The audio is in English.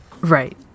Right